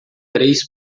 três